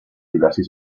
diversi